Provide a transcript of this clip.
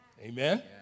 Amen